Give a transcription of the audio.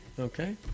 Okay